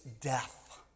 death